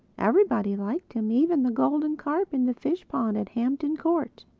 everybody liked him even the golden-carp in the fish-pond at hampton court.